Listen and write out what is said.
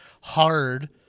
hard